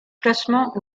classements